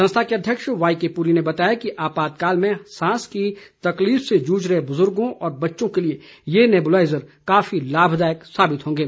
संस्था के अध्यक्ष वाईकेपूरी ने बताया कि आपातकाल में सांस की तकलीफ से जूझ रहे बुजुर्गो और बच्चों के लिए ये नेबुलाइज़र काफी लाभदायक साबित होंगे